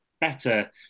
better